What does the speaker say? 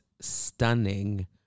stunning